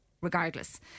regardless